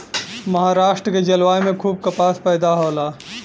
महाराष्ट्र के जलवायु में खूब कपास पैदा होला